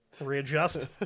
Readjust